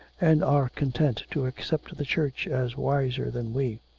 and are content to accept the church as wiser than we.